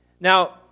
Now